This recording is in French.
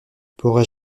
pourrais